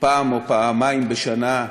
פעם או פעמיים בשנה,